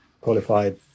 qualified